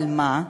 אבל מה,